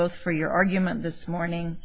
both for your argument this morning